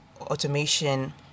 automation